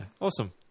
awesome